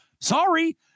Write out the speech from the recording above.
Sorry